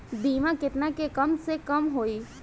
बीमा केतना के कम से कम होई?